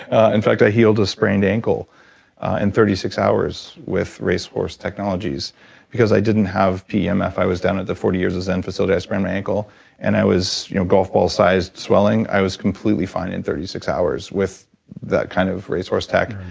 ah in fact i healed a sprained ankle in thirty six hours with race horse technologies because i didn't have pemf. i was down at the forty years end facility. i sprained my ankle and i was you know golf ball sized swelling. i was completely fine in thirty six hours with that kind of race horse tech.